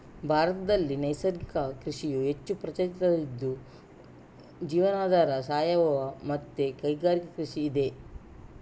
ಭಾರತದಲ್ಲಿ ನೈಸರ್ಗಿಕ ಕೃಷಿಯು ಹೆಚ್ಚು ಪ್ರಚಲಿತದಲ್ಲಿ ಇದ್ದು ಜೀವನಾಧಾರ, ಸಾವಯವ ಮತ್ತೆ ಕೈಗಾರಿಕಾ ಕೃಷಿ ಇದೆ